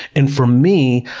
and for me,